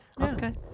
Okay